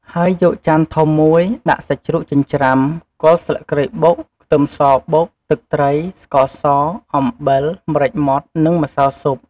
ហើយ យកចានធំមួយ ដាក់សាច់ជ្រូកចិញ្ច្រាំ គល់ស្លឹកគ្រៃបុក ខ្ទឹមសបុក ទឹកត្រី ស្ករស អំបិល ម្រេចម៉ដ្ឋ និងម្សៅស៊ុប។